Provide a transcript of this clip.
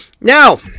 Now